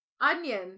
onion